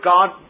God